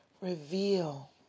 Reveal